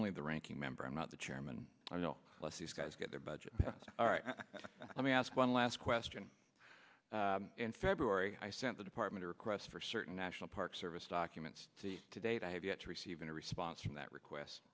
only the ranking member i'm not the chairman i know these guys get their budget all right let me ask one last question in february i sent the department a request for certain national park service documents to date i have yet to receive a response from that request